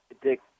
Dick